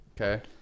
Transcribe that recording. okay